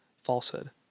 falsehood